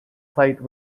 site